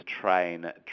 train